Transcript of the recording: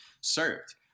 served